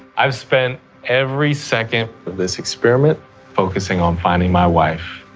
i've spent every second of this experiment focusing on finding my wife,